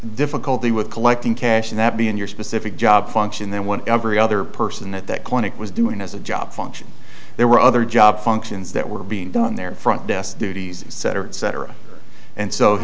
difficulty with collecting cash and that be in your specific job function than what every other person at that clinic was doing as a job function there were other job functions that were being done on their front desk duties cetera et cetera and